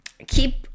keep